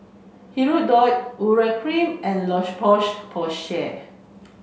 Hirudoid Urea Cream and La Poche Porsay